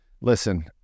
Listen